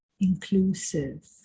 inclusive